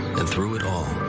and through it all.